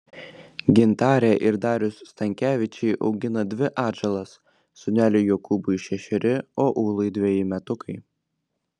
gintarė ir darius stankevičiai augina dvi atžalas sūneliui jokūbui šešeri o ūlai dveji metukai